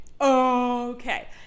okay